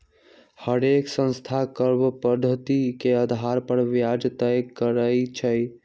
हरेक संस्था कर्व पधति के अधार पर ब्याज तए करई छई